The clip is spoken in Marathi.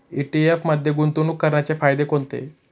ई.टी.एफ मध्ये गुंतवणूक करण्याचे फायदे कोणते?